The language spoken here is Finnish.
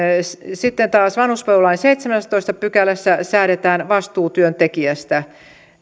sitten taas vanhuspalvelulain seitsemännessätoista pykälässä säädetään vastuutyöntekijästä